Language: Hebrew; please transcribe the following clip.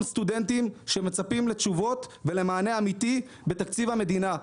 סטודנטים שמצפים לתשובות ולמענה אמיתי בתקציב המדינה.